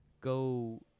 go